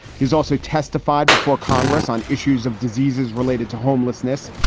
he's also testified before congress on issues of diseases related to homelessness.